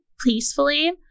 peacefully